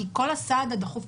כי כל הסעד הדחוף,